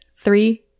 Three